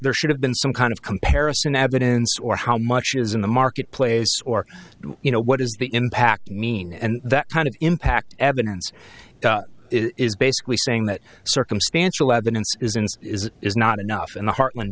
there should have been some kind of comparison admin's or how much is in the market place or you know what is the impact mean and that kind of impact evidence is basically saying that circumstantial evidence is it is not enough in the heartland